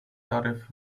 tarif